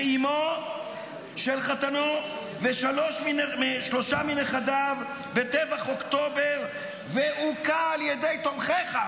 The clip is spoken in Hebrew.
אימו של חתנו ושלושה מנכדיו בטבח אוקטובר והוכה על ידי תומכיך.